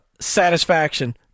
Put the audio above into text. satisfaction